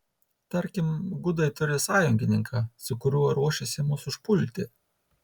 tarkim gudai turi sąjungininką su kuriuo ruošiasi mus užpulti